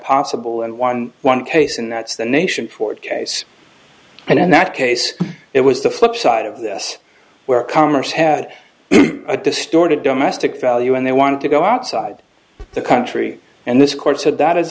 possible and one one case and that's the nation forward case and in that case it was the flip side of this where commerce had a distorted domestic value and they wanted to go outside the country and this court said that is